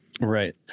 Right